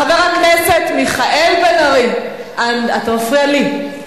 חבר הכנסת מיכאל בן-ארי, אתה מפריע לי.